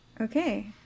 Okay